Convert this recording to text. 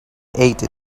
ate